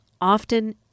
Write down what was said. often